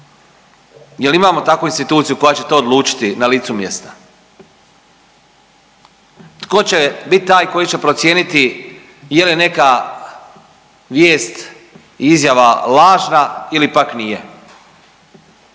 jel imamo takvu instituciju koja će to odlučiti na licu mjesta. Tko će biti taj koji će procijeniti je li neka vijest i izjava lažna ili pak nije?